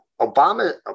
Obama